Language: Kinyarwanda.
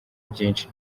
byinshi